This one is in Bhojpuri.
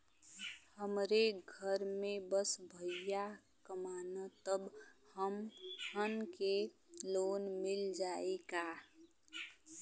हमरे घर में बस भईया कमान तब हमहन के लोन मिल जाई का?